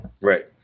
Right